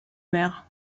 mer